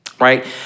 right